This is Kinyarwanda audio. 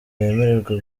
yemererwe